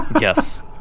yes